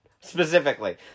specifically